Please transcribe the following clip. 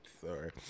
sorry